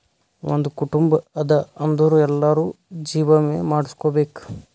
ಒಂದ್ ಕುಟುಂಬ ಅದಾ ಅಂದುರ್ ಎಲ್ಲಾರೂ ಜೀವ ವಿಮೆ ಮಾಡುಸ್ಕೊಬೇಕ್